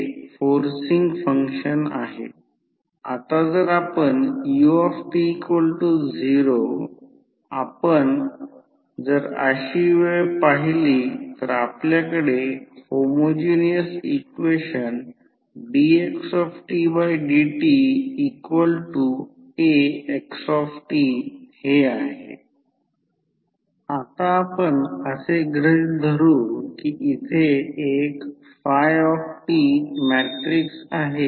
म्हणून असे गृहीत धरले आहे की तेथे कोणतेही लॉसेस नाही आणि या साईडचे व्होल्टेज V1 आहे या साईडचे व्होल्टेज V2 आहे याचा अर्थ असा की जर हे चिन्हांकित केले गेले आहे हे E1 आहे आणि येथे E2 आहे असे गृहीत धरले आहे की कोणतेही लॉसेस नाही